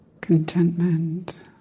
Contentment